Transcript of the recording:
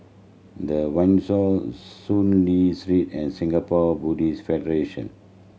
The Windsor Soon Lee Street and Singapore Buddhist Federation